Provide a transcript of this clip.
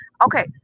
okay